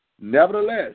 Nevertheless